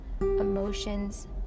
emotions